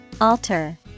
alter